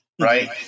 Right